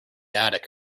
attic